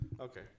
Okay